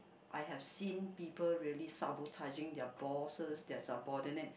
I have seen people really sabo touching their bosses their supporters